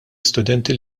istudenti